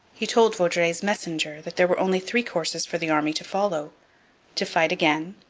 he told vaudreuil's messenger that there were only three courses for the army to follow to fight again,